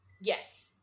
Yes